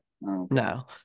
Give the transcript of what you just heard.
No